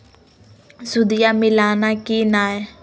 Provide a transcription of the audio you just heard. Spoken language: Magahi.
सुदिया मिलाना की नय?